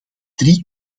drie